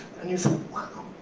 and you say, wow.